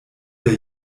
der